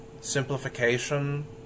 simplification